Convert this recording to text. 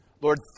Lord